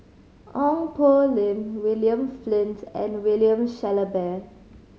Ong Poh Lim William Flint and William Shellabear